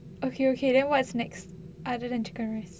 okay okay then what's next other than chicken rice